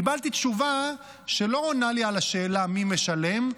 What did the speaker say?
קיבלתי תשובה שלא עונה לי על השאלה מי משלם,